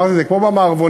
אמרתי: זה כמו במערבונים.